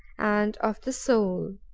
and of the soul.